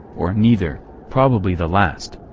or neither probably the last.